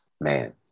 man